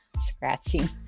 scratching